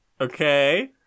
Okay